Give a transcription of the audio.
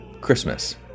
Christmas